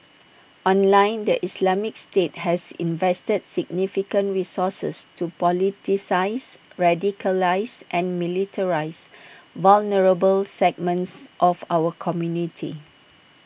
online the Islamic state has invested significant resources to politicise radicalise and militarise vulnerable segments of our community